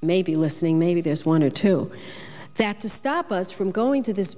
may be listening maybe there's one or two that to stop us from going to this